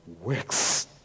works